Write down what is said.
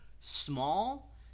small